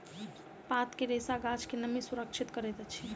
पात के रेशा गाछ के नमी सुरक्षित करैत अछि